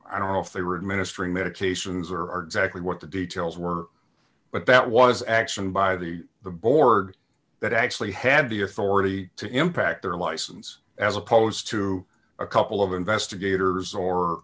i don't know if they were administering medications or are actually what the details were but that was action by the board that actually had the authority to impact their license as opposed to a couple of investigators or